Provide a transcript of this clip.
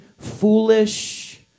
foolish